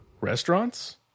restaurants